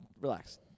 relax